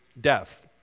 death